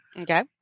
Okay